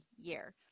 year